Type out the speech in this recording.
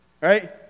right